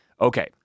Okay